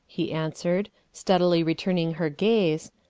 he answered, steadily returning her gaze,